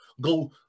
go